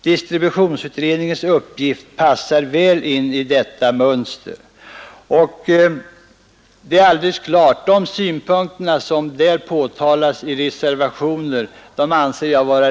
Distributionsutredningens uppgift passar väl in i detta mönster.” Jag anser att de synpunkter som vi framför i reservationen är klart relevanta.